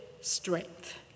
strength